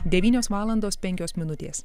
devynios valandos penkios minutės